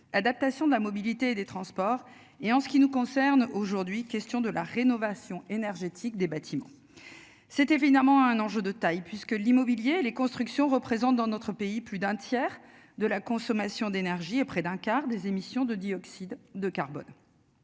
adaptation de la mobilité et des transports. Et en ce qui nous concerne aujourd'hui. Question de la rénovation énergétique des bâtiments. C'est évidemment un enjeu de taille, puisque l'immobilier les constructions représentent dans notre pays, plus d'un tiers de la consommation d'énergie et près d'un quart des émissions de dioxyde de carbone.